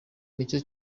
nicyo